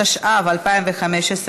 התשע"ו 2015,